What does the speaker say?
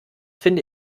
finde